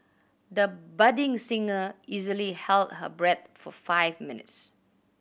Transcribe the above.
the budding singer easily held her breath for five minutes